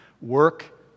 work